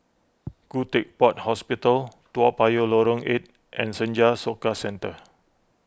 Khoo Teck Puat Hospital Toa Payoh Lorong eight and Senja Soka Centre